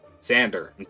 Xander